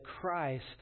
Christ